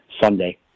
Sunday